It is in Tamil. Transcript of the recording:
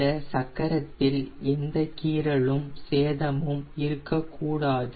இந்த சக்கரத்தில் எந்த கீறலும் சேதமும் இருக்க கூடாது